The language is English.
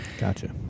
gotcha